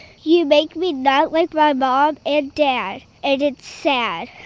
you make me not like my mom and dad, and it's sad.